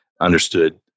Understood